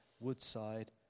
woodside